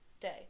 day